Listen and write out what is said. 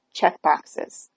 checkboxes